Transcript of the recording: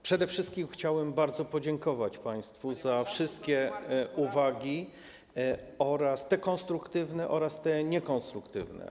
Przede wszystkim chciałem bardzo podziękować państwu za wszystkie uwagi, te konstruktywne oraz te niekonstruktywne.